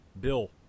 Bill